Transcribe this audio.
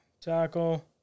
Tackle